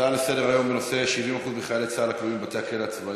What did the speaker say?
נעבור להצעות לסדר-היום בנושא: 70% מחיילי צה"ל